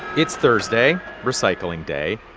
it's thursday, recycling day,